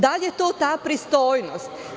Da li je to ta pristojnost?